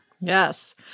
Yes